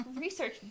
research